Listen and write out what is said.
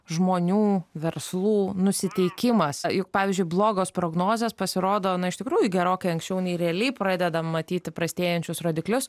žmonių verslų nusiteikimas juk pavyzdžiui blogos prognozės pasirodo na iš tikrųjų gerokai anksčiau nei realiai pradedam matyti prastėjančius rodiklius